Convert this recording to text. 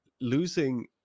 losing